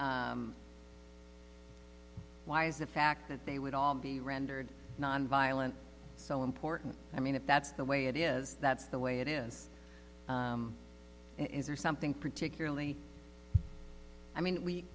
why is the fact that they would all be rendered nonviolent so important i mean if that's the way it is that's the way it is is there something particularly i mean we